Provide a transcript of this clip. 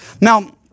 Now